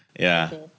yeah